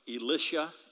Elisha